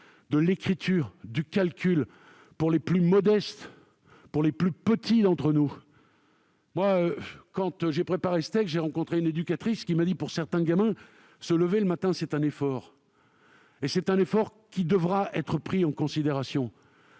de l'écriture, du calcul, pour les plus modestes, pour les plus petits d'entre nous. Quand je l'ai préparé, j'ai rencontré une éducatrice qui m'a dit que, pour certains gamins, se lever le matin est un effort. Cet effort devra être pris en considération